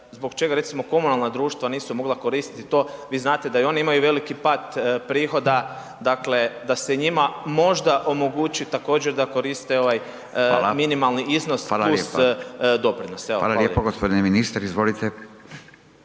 zbog čega recimo komunalna društva nisu mogla koristiti to? Vi znate da i oni imaju veliki pad prihoda, dakle da se njima možda omogući također da koriste ovaj minimalni iznos plus doprinos. Hvala lijepo. **Radin, Furio (Nezavisni)** Hvala.